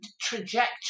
trajectory